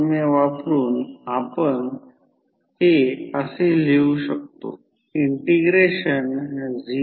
तर सामान्यतः म्हणूनचI0 व्होल्टेज V1 पासून 90 o ने मागे आहे कारण असे आहे की प्रायमरी वायडींग प्युर इंडक्टर म्हणून काम करत आहे